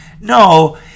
No